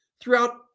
throughout